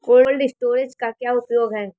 Cold storage का क्या उपयोग है?